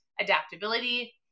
adaptability